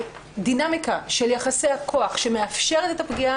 הדינמיקה של יחסי הכוח שמאפשרת את הפגיעה